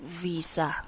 visa